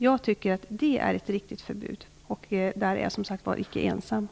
Jag tycker att det är ett riktigt förbud, och jag är som sagt inte ensam om den åsikten.